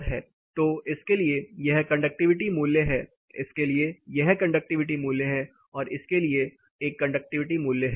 तो इसके लिए यह कंडक्टिविटी मूल्य है इसके लिए यह कंडक्टिविटी मूल्य है और इसके लिए एक कंडक्टिविटी मूल्य है